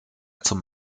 zum